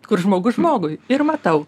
kur žmogus žmogui ir matau